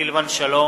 סילבן שלום,